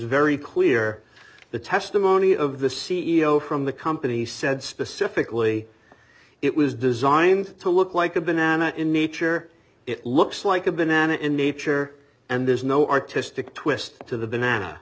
very clear the testimony of the c e o from the company said specifically it was designed to look like a banana in nature it looks like a banana in nature and there's no artistic twist to the banana